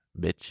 bitch